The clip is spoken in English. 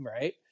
right